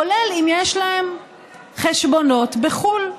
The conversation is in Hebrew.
כולל אם יש להם חשבונות בחו"ל.